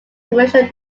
commercial